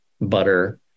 butter